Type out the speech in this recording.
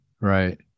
Right